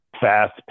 fast